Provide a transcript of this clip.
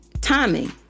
timing